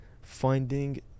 finding